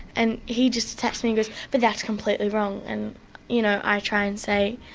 and he just attacks me with, but that's completely wrong, and you know i try and say,